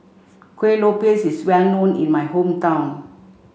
Kuih Lopes is well known in my hometown